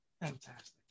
Fantastic